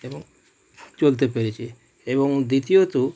এবং চলতে পেরেছি এবং দ্বিতীয়ত